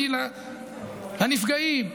לנפגעים,